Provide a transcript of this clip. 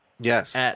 Yes